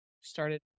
started